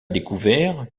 découvert